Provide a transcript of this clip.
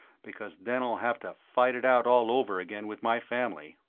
because then i'll have to fight it out all over again with my family.